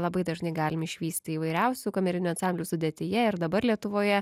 labai dažnai galim išvysti įvairiausių kamerinių ansamblių sudėtyje ir dabar lietuvoje